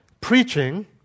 Preaching